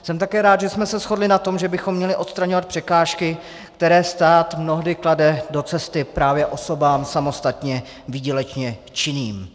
Jsem také rád, že jsme se shodli na tom, že bychom měli odstraňovat překážky, které stát mnohdy klade do cesty právě osobám samostatně výdělečně činným.